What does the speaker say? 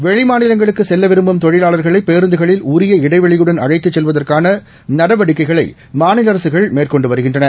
வெளிமாநிலங்களுக்குசெல்லவிரும்பும் தொழிலாளர்களைபேருந்துகளில் உரிய இடைவெளியுடன் அழைத்துசெல்வதற்கானநடவடிக்கைகளைமாநில அரசுகள் மேற்கொண்டுவருகின்றன